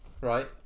right